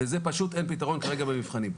לזה פשוט אין פתרון כרגע בתבחינים.